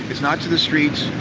not to the streets.